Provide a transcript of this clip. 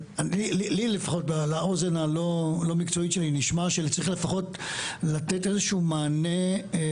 לי לפחות לאוזן הלא מקצועית שלי נשמע שצריך לפחות לתת איזשהו מענה,